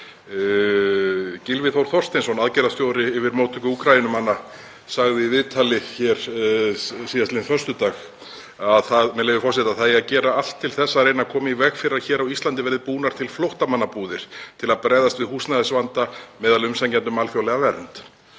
Gylfi Þór Þorsteinsson, aðgerðastjóri yfir móttöku Úkraínumanna, sagði í viðtali síðastliðinn föstudag, með leyfi forseta, „að það eigi að gera allt til þess að reyna að koma í veg fyrir að hér á Íslandi verði búnar til flóttamannabúðir til að bregðast við húsnæðisvanda meðal umsækjenda um alþjóðlega vernd“.